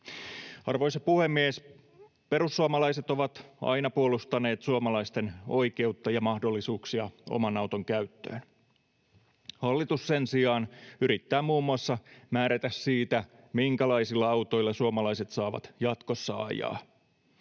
Arvoisa puhemies! Perussuomalaiset ovat aina puolustaneet suomalaisten oikeutta ja mahdollisuuksia oman auton käyttöön. Hallitus sen sijaan yrittää muun muassa määrätä siitä, minkälaisilla autoilla suomalaiset saavat jatkossa ajaa.